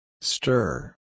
Stir